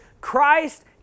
Christ